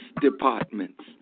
departments